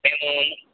మేము